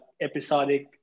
episodic